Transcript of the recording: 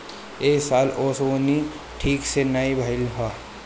ए साल ओंसउनी ठीक से नाइ भइल हअ